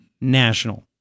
national